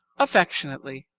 affectionately,